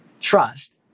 trust